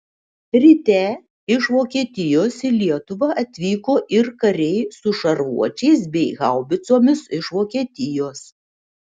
ryte iš vokietijos į lietuvą atvyko ir kariai su šarvuočiais bei haubicomis iš vokietijos